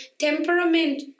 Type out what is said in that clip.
temperament